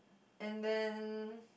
and then